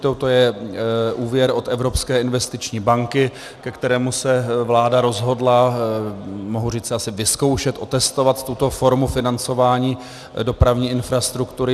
To je úvěr od Evropské investiční banky, ke kterému se vláda rozhodla, mohu říct asi vyzkoušet, otestovat tuto formu financování dopravní infrastruktury.